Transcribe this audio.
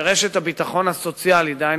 שרשת הביטחון הסוציאלי דהיינו,